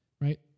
right